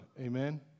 amen